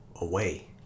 away